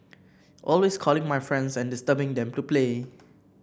always calling my friends and disturbing them to play